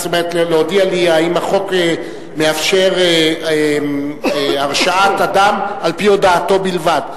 זאת אומרת להודיע לי אם החוק מאפשר הרשעת אדם על-פי הודאתו בלבד,